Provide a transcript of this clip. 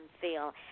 feel